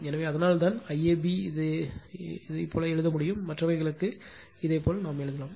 எனவே அதனால்தான் ஐஏபி இதைப் போல எழுத முடியும் மற்றவைகளுக்கு இதேபோல் எழுதலாம்